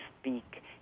speak